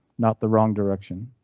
not the wrong direction.